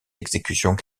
exécutions